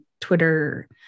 Twitter